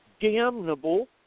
damnable